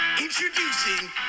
Introducing